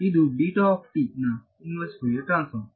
ಇದು ನ inverse Fourier transform